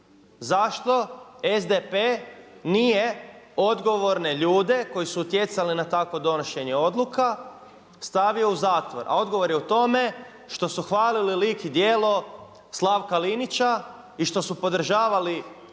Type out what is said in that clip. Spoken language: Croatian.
Zašto SDP nije odgovorne ljude koji su utjecali na takvo donošenje odluka stavio u zatvor. A odgovor je u tome što su hvalili lik i djelo Slavka Linića i što su podržavali vašu